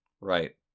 Right